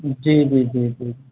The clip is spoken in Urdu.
جی جی جی جی